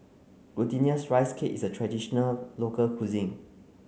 glutinous rice cake is a traditional local cuisine